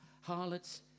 harlots